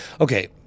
Okay